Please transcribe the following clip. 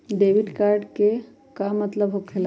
Debit card के का मतलब होकेला?